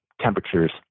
temperatures